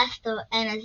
אלאסטור "עין הזעם"